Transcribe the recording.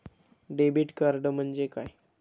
Debit card म्हणजे काय?